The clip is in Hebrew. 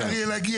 ואפשר יהיה להגיע,